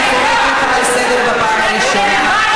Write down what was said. אני קוראת אותך לסדר פעם ראשונה.